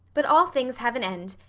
but all things have an end,